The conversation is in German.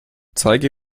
zeige